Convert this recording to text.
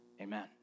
Amen